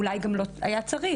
אולי גם לא היה צריך,